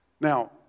Now